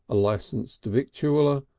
a licenced victualler,